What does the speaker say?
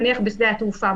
נניח בשדה התעופה,